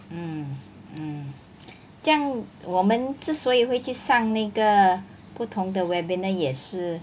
mm mm 这样我们之所以会去上那个不同的 webinar 也是